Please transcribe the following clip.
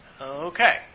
Okay